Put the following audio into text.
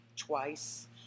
twice